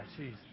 jeez